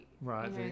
right